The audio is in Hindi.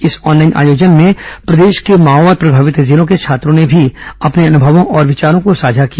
इस ऑनलाइन आयोजन में प्रदेश के माओवाद प्रभावित जिलों के छात्रों ने भी अपने अनुभवों और विचारों को साझा किया